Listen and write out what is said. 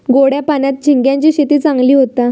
गोड्या पाण्यात झिंग्यांची शेती चांगली होता